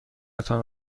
تان